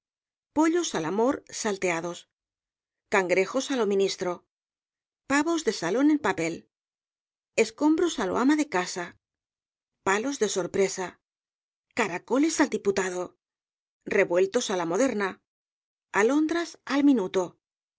pollos al amor salteados cangrejos á lo ministro pavos de salón en papel escombros á lo ama de casa palos de sorpresa caracoles al diputado revueltos á la moderna alondras al minuto